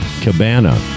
Cabana